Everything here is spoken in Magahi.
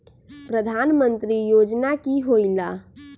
प्रधान मंत्री योजना कि होईला?